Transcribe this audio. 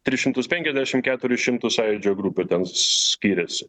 tris šimtus penkiasdešimt keturis šimtus sąjūdžio grupių skyriuose